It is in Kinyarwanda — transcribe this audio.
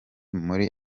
muri